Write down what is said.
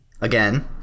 Again